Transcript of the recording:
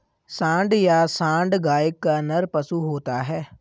सांड या साँड़ गाय का नर पशु होता है